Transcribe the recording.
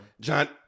John